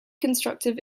constructive